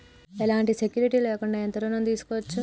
ఎలాంటి సెక్యూరిటీ లేకుండా ఎంత ఋణం తీసుకోవచ్చు?